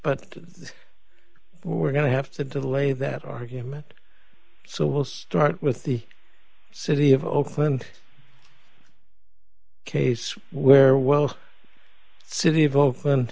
but we're going to have to delay that argument so we'll start with the city of oakland case where well city of oakland